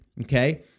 okay